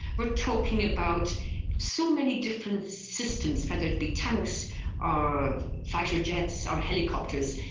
we're talking about so many different systems, whether it be tanks or fighter jets or helicopters.